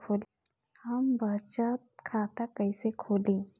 हम बचत खाता कईसे खोली?